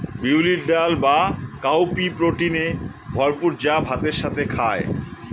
বিউলির ডাল বা কাউপি প্রোটিনে ভরপুর যা ভাতের সাথে খায়